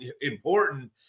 important